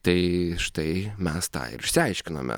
tai štai mes tą ir išsiaiškinome